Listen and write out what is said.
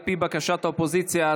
על פי בקשת האופוזיציה,